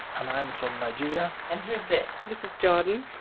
and i am from nigeria and who's this? this is jordan,